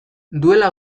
duela